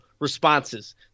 responses